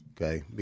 Okay